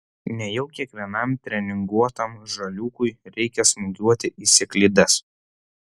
nejau kiekvienam treninguotam žaliūkui reikia smūgiuoti į sėklides